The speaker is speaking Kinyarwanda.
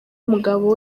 umugabo